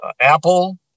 Apple